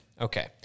Okay